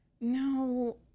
No